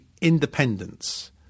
independence